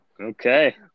Okay